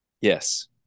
Yes